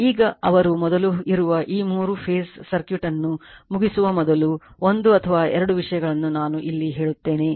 ಈಗ ಅವರು ಮೊದಲು ಇರುವ ಈ ಮೂರು ಫೇಸ್ ಸರ್ಕ್ಯೂಟ್ ಅನ್ನು ಮುಗಿಸುವ ಮೊದಲು ಒಂದು ಅಥವಾ ಎರಡು ವಿಷಯಗಳನ್ನು ನಾನು ಇಲ್ಲಿ ಹೇಳುತ್ತೇನೆ